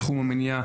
בתחום המניעה,